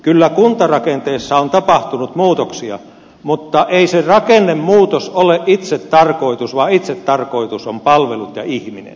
kyllä kuntarakenteessa on tapahtunut muutoksia mutta ei se rakennemuutos ole itsetarkoitus vaan itsetarkoitus on palvelut ja ihminen